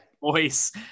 voice